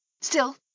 Still